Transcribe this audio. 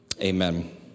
amen